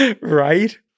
right